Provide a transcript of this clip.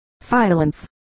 silence